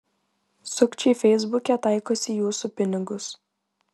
sukčiai feisbuke taikosi į jūsų pinigus